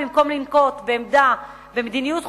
במקום לנקוט מדיניות חוקתית,